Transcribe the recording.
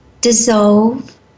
dissolve